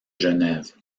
genève